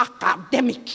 academic